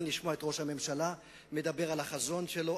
לשמוע את ראש הממשלה מדבר על החזון שלו.